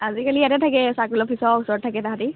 আজিকালি ইয়াতে থাকে চাৰ্কল অ'ফিচৰ ওচৰত থাকে সিহঁতি